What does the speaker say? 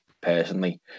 personally